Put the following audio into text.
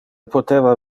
poteva